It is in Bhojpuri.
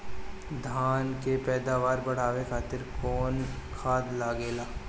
धान के पैदावार बढ़ावे खातिर कौन खाद लागेला?